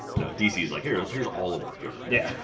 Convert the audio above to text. no dc is like here's here's all over here yeah,